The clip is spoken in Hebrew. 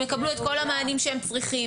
שהם יקבלו את כל המענים שהם צריכים,